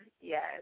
yes